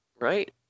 right